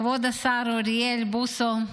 כבוד השר אוריאל בוסו,